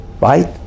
Right